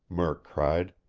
murk cried.